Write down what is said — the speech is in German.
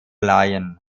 lion